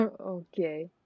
Okay